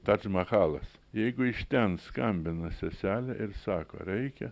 tadž machalas jeigu iš ten skambina seselė ir sako reikia